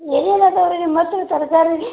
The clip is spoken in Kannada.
ಏನೇನು ಅದವೆ ರಿ ನಿಮ್ಮ ಹತ್ರ ತರಕಾರಿ ರೀ